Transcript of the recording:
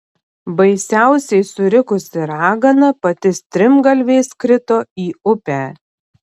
baisiausiai surikusi ragana pati strimgalviais krito į upę